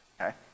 okay